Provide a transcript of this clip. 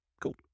Cool